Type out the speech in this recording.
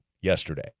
yesterday